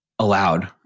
allowed